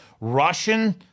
Russian